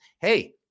hey